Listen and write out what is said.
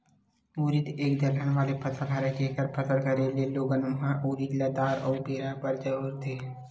उरिद एक दलहन वाले फसल हरय, जेखर फसल करे ले लोगन ह उरिद ल दार अउ बेरा बर बउरथे